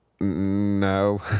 No